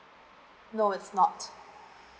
no it's not